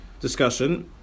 discussion